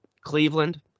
Cleveland